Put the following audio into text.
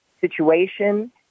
situation